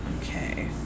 Okay